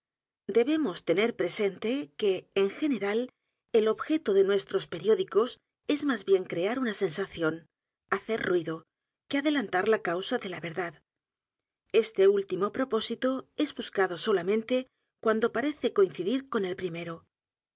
debemos tener presente que en general el objeto de nuestros periódicos es más bien crear una sensación hacer ruido que adelantar la causa de la verdad este último propósito es buscado solamente cuando parece coincidir con el primero